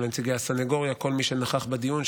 גם לנציגי הסנגוריה וכל מי שנכח בדיון,